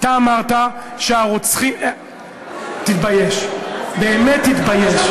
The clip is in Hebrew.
אתה אמרת שהרוצחים, תתבייש, באמת תתבייש.